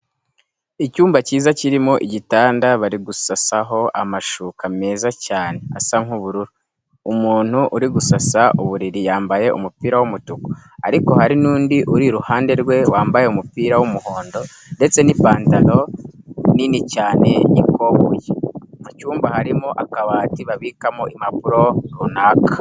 Icyumba cyiza kirimo igitanda bari gusasaho amshuka meza cyane asa nk'ubururu. Umuntu uri gusasa uburiri yambaye umupira w'umutuku ariko hari n'undi uri iruhande rwe wambaye umupira w'umuhondo ndetse n'ipantaro nini cyane y'ikoboyi. Mu cyumba harimo akabati babikamo impapuro runaka.